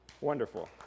Wonderful